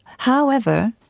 however,